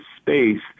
space